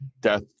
death